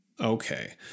Okay